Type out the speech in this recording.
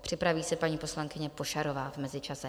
Připraví se paní poslankyně Pošarová v mezičase.